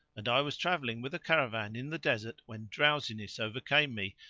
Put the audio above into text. and i was travelling with a caravan in the desert when drowsiness overcame me,